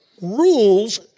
Rules